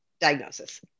diagnosis